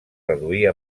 reduir